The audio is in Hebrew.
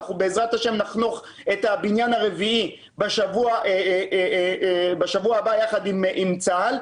בעזרת השם נחנוך את הבניין הרביעי בשבוע הבא יחד עם צה"ל.